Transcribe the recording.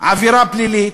עבירה פלילית,